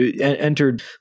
entered